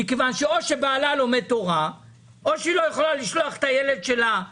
כי הן לא יוכלו לשלוח את הילד שלהן למעון.